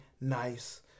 nice